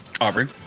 Aubrey